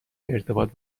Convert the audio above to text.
ارتباط